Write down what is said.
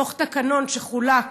בתוך תקנון שחולק,